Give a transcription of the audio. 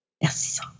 Yes